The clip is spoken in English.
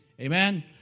amen